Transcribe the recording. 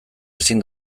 ezin